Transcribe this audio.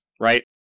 right